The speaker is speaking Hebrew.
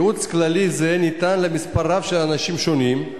ייעוץ כללי זה ניתן למספר רב של אנשים שונים,